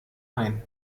ein